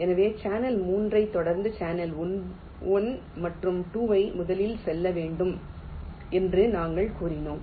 எனவே சேனல் 3 ஐத் தொடர்ந்து சேனல் 1 மற்றும் 2 ஐ முதலில் செல்ல வேண்டும் என்று நாங்கள் கூறினோம்